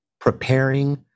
preparing